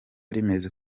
rimeze